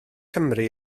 cymru